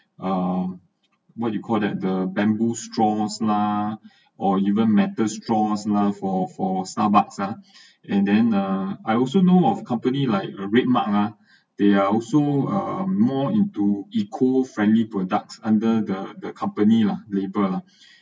um what you call that the bamboo straws lah or even metal straws lah for for starbucks and then uh I also know of company like a red mark they are also uh more into eco friendly products under the the company law label